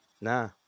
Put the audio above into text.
Nah